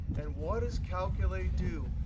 and what does calculate do?